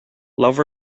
love